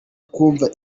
kumva